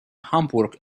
hamburg